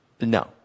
no